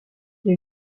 est